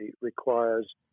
requires